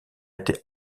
été